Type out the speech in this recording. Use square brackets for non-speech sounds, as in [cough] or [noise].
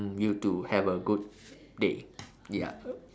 mm you too have a good day ya [noise]